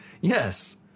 Yes